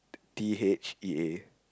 T H E A